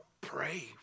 pray